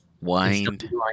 Wind